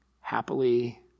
happily